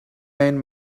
man